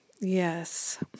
Yes